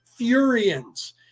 Furians